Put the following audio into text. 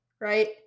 right